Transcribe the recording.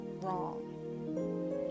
wrong